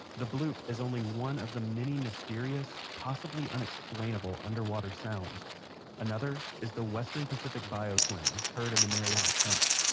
the bloop is only one of the many mysterious, possibly unexplainable, underwater sounds another, is the western pacific biotwang heard in the mariana trench